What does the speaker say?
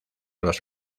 los